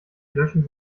löschen